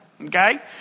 Okay